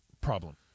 problem